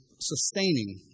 sustaining